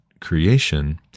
creation